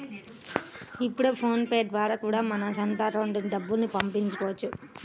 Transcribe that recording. ఇప్పుడు PhonePe ద్వారా కూడా మన సొంత అకౌంట్లకి డబ్బుల్ని పంపించుకోవచ్చు